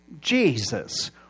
Jesus